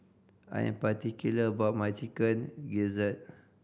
I am particular about my Chicken Gizzard